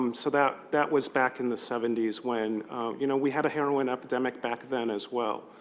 um so that that was back in the seventy s when you know we had a heroin epidemic back then as well.